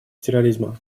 терроризма